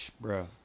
Bro